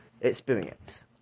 experience